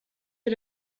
est